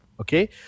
Okay